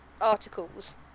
articles